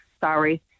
Sorry